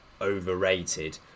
overrated